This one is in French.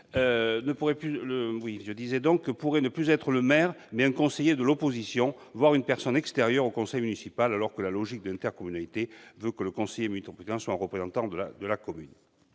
cher collègue. ... pourrait ne plus être le maire, mais un conseiller de l'opposition, voire une personne extérieure au conseil municipal. Or la logique de l'intercommunalité veut que le conseiller métropolitain soit un représentant de sa commune,